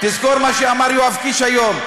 תזכור מה שאמר יואב קיש היום,